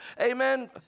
amen